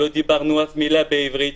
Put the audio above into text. לא דיברנו אף מילה בעברית,